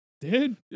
Dude